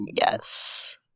Yes